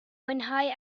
mwynhau